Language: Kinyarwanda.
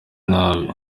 nabi